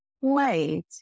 wait